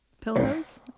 pillows